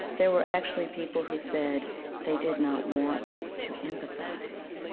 there were actually people who said they did not want to empathize.